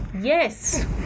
Yes